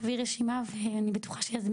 תביא רשימה ואני בטוחה שיזמינו אותם.